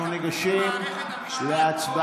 אנחנו ניגשים להצבעה.